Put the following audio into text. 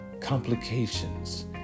complications